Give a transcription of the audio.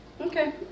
Okay